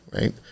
right